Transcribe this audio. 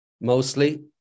mostly